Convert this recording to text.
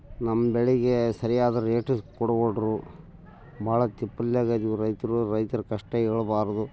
ನಮ್ಮ ಬೆಳೆಗೆ ಸರಿಯಾದ ರೇಟು ಕೊಡುವಲ್ರು ಭಾಳ ತಿಪ್ಲ್ಯಾಗ ಇದ್ರು ರೈತರು ರೈತ್ರ ಕಷ್ಟ ಹೇಳ್ಬಾರ್ದು